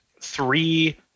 three